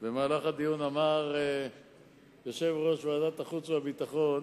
אמר יושב-ראש ועדת החוץ והביטחון